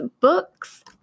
books